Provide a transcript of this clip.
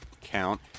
count